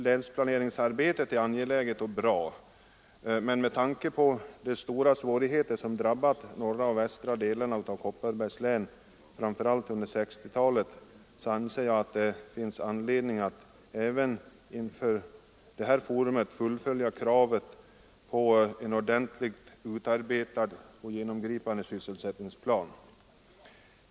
Länsplaneringsarbetet är angeläget och bra, men med tanke på de stora svårigheter som drabbat norra och västra delarna av Kopparbergs län, framför allt under 1960-talet, anser jag att det finns anledning att även inför detta forum fullfölja kravet på en ordentligt utarbetad och genomgripande sysselsättningsplan.